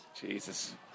Jesus